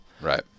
Right